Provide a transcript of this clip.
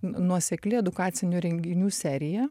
nuosekli edukacinių renginių serija